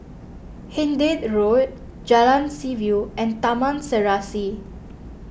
Hindhede Road Jalan Seaview and Taman Serasi